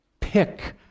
Pick